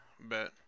Bet